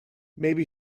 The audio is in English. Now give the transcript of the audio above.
maybe